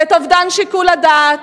את אובדן שיקול הדעת,